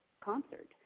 concert